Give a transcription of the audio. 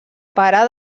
pare